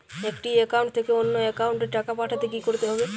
একটি একাউন্ট থেকে অন্য একাউন্টে টাকা পাঠাতে কি করতে হবে?